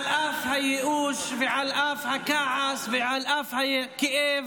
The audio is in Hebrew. על אף הייאוש, על אף הכעס ועל אף הכאב